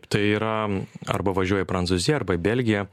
tai yra arba važiuoja į prancūziją arba į belgiją